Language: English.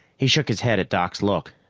he shook his head at doc's look,